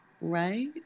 Right